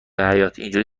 حیاطاینجوری